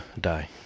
die